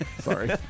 Sorry